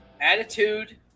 Attitude